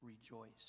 rejoice